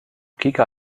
kika